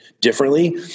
differently